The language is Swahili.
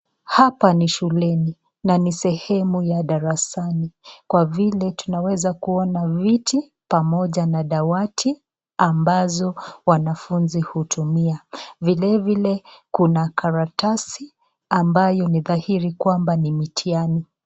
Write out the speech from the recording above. Hapa ni shuleni na ni sehemu ya darasani kwa vile tunaweza kuona viti pamoja na dawati ambazo wanafuzi hutumia. Vile vile kuna karatasi ambayo ni dhairi kwamba ni mitihani.